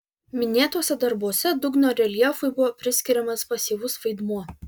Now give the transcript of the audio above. minėtuose darbuose dugno reljefui buvo priskiriamas pasyvus vaidmuo